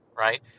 Right